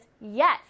yes